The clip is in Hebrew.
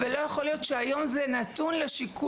ולא יכול להיות שהיום זה נתון לשיקול